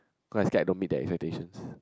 like I scare I don't meet that expectation